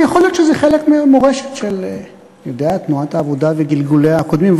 ויכול להיות שזה חלק מהמורשת של תנועת העבודה וגלגוליה הקודמים.